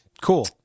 Cool